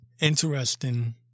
interesting